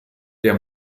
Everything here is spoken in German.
der